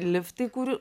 liftai kur